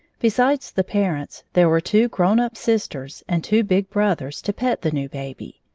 besides the parents, there were two grown-up sisters and two big brothers to pet the new baby.